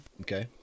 okay